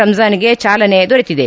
ರಂಜಾನ್ಗೆ ಚಾಲನೆ ದೊರೆತಿದೆ